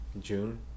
june